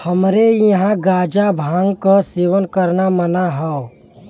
हमरे यहां गांजा भांग क सेवन करना मना हौ